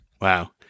Wow